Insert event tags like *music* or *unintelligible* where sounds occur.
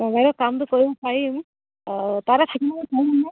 *unintelligible* কামটো কৰিব পাৰিম তাতে থাকি ল'ব পাৰিম নে